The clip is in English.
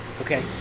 Okay